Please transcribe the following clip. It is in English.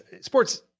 Sports